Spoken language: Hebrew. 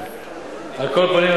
על כל פנים,